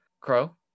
Crow